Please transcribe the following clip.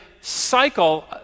cycle